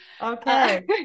okay